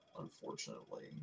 unfortunately